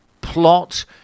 plot